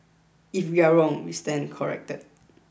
if we are wrong we stand corrected